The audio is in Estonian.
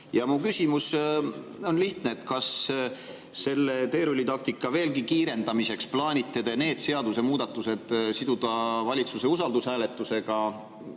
Mu küsimus on lihtne. Kas selle teerullitaktika kiirendamiseks plaanite te need seadusemuudatused siduda valitsuse usaldushääletusega,